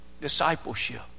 Discipleship